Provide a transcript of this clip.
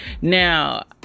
Now